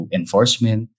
enforcement